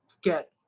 get